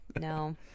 No